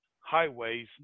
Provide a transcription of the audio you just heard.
highway's